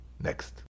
Next